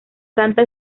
santa